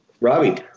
Robbie